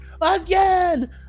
Again